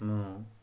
ମୁଁ